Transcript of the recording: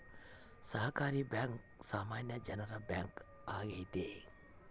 ಸಹಕಾರಿ ಬ್ಯಾಂಕ್ ಸಾಮಾನ್ಯ ಜನರ ಬ್ಯಾಂಕ್ ಆಗೈತೆ